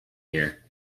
here